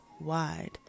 wide